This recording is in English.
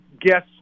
guess